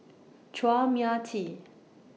Chua Mia Tee